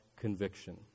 conviction